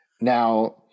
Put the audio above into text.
Now